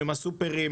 עם הסופרים,